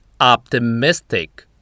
Optimistic